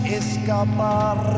escapar